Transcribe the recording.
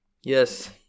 Yes